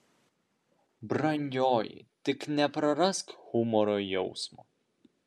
brangioji tik neprarask humoro jausmo